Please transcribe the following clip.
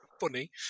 funny